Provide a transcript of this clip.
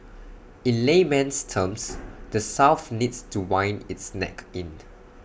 in layman's terms the south needs to wind its neck in